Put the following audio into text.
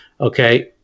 Okay